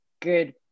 good